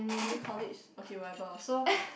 is it college okay whatever so